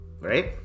Right